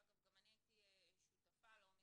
שאגב גם אני הייתי שותפה לו,